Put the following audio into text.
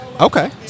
Okay